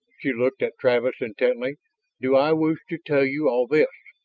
she looked at travis intently do i wish to tell you all this?